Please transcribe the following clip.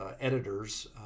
editors